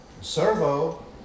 Servo